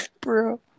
bro